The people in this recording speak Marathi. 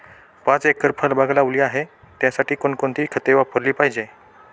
पाच एकर फळबाग लावली आहे, त्यासाठी कोणकोणती खते वापरली पाहिजे?